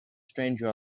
stranger